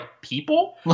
people